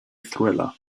thriller